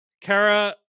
Kara